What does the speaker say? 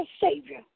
Savior